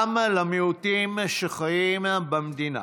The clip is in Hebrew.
גם למיעוטים שחיים במדינה.